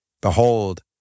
Behold